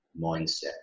mindset